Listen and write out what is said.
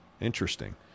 Interesting